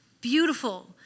Beautiful